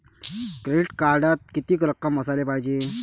Credit कार्डात कितीक रक्कम असाले पायजे?